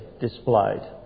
displayed